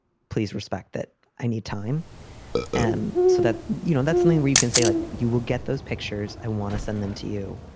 please respect that. i need time and so that, you know, that's something where you can say, look, like you will get those pictures. i want to send them to you.